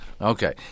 Okay